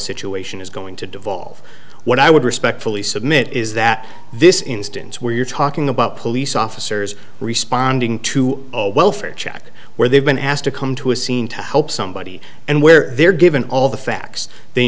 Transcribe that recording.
situation is going to devolve what i would respectfully submit is that this instance where you're talking about police officers responding to a welfare check where they've been asked to come to a scene to help somebody and where they're given all the facts they